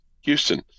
Houston